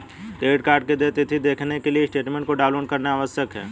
credit card की देय तिथी देखने के लिए स्टेटमेंट को डाउनलोड करना आवश्यक है